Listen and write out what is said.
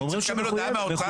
אנחנו אומרים שהיא מחויבת להגיע.